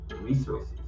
resources